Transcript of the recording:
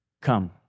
Come